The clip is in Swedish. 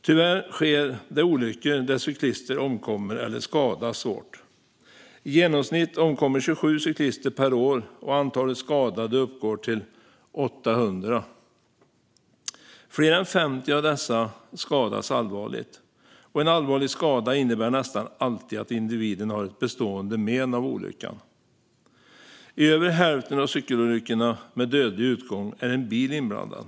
Tyvärr sker det olyckor där cyklister omkommer eller skadas svårt. I genomsnitt omkommer 27 cyklister per år, och antalet skadade uppgår till 800. Fler än 50 av dessa skadas allvarligt. En allvarlig skada innebär nästan alltid att individen får bestående men av olyckan. I över hälften av cykelolyckorna med dödlig utgång är en bil inblandad.